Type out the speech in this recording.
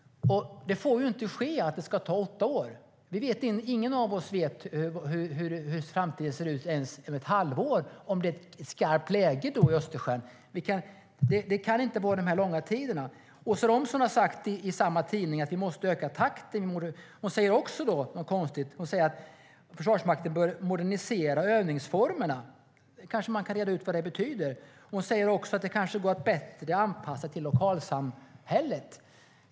Det får inte ta åtta år. Ingen av oss vet hur framtiden ser ut ens om ett halvår, om det är skarpt läge i Östersjön då. Det kan inte ta så lång tid. I samma tidning sa Åsa Romson att vi måste öka takten. Hon sa också något konstigt, nämligen att Försvarsmakten bör modernisera övningsformerna. Man kanske kan reda ut vad det betyder. Hon sa även att det kan anpassas bättre till lokalsamhället.